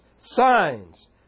Signs